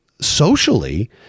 socially